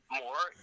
more